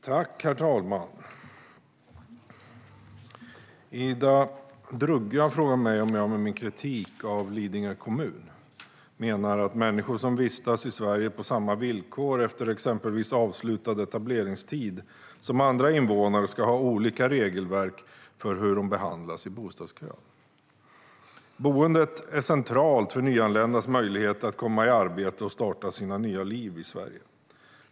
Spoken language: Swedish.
Herr talman! Ida Drougge har frågat mig om jag med min kritik av Lidingö kommun menar att människor som vistas i Sverige, exempelvis efter avslutad etableringstid, på samma villkor som andra invånare ska ha olika regelverk för hur de behandlas i bostadskön. Boendet är centralt för nyanländas möjlighet att komma i arbete och starta sitt nya liv i Sverige.